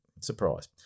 Surprise